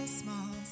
small